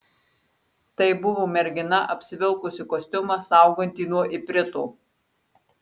tai buvo mergina apsivilkusi kostiumą saugantį nuo iprito